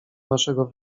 naszego